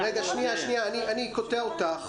אני קוטע אותך.